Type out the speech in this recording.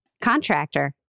contractor